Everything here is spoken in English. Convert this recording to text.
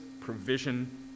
provision